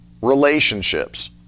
relationships